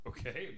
Okay